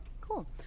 cool